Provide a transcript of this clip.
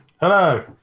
Hello